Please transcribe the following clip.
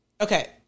okay